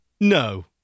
No